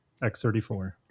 X34